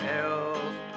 else